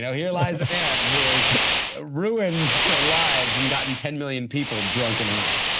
yeah here lies a man who has ruined lives and gotten ten million people drunk and high.